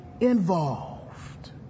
involved